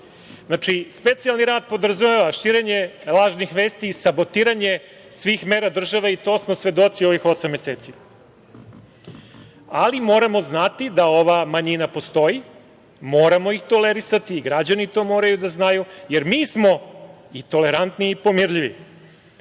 Znači, specijalni rat podrazumeva širenje lažnih vesti i sabotiranje svih mera države. To smo svedoci ovih osam meseci. Ali, moramo znati da ova manjina postoji, moramo ih tolerisati i građani to moraju da znaju, jer mi smo i tolerantni i pomirljivi.